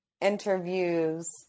interviews